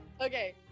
Okay